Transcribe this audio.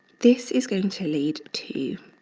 this is going to lead to